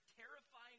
terrifying